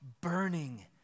burning